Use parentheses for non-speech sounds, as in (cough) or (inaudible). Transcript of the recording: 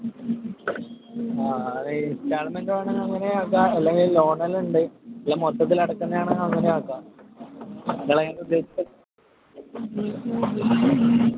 ആ അ ഇൻസ്റ്റാൾമെൻറ് വേണമെങ്കിൽ അങ്ങനെ ആക്കാം അല്ലെങ്കിൽ ലോൺ എല്ലാമുണ്ട് അല്ല മൊത്തത്തിൽ അടക്കുന്നതാണെങ്കിൽ അങ്ങനെ ആക്കാം (unintelligible)